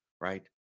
right